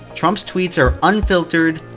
trump's tweets are unfiltered,